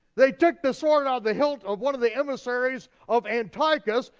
they took the sword out of the hilt of one of the emissaries of antiochus,